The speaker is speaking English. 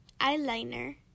eyeliner